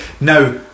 Now